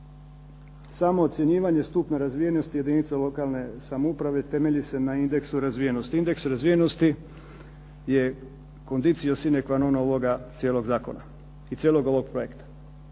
samoocjenjivanje stupnja razvijenosti jedinica lokalne samouprave temelji se na indeksu razvijenosti. Indeks razvijenosti je conditio sine qua non ovoga cijelog zakona i cijelog ovog projekta.